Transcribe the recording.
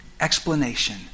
explanation